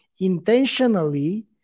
intentionally